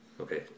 Okay